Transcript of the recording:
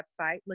website